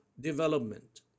development